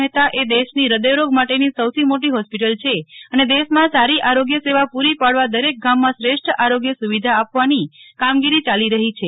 મહેતા એ દેશની હૃદયરોગ માટેનીસૌથી મોટી હોસ્પિટલ છે અને દેશમાં સારી આરોગ્ય સેવા પુરી પાડવા દરેક ગામમાંશ્રેષ્ઠ આરોગ્ય સુવિધા આપવાની કામગીરી ચાલી રહી છે